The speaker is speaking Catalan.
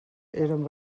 eren